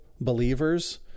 believers